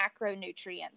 macronutrients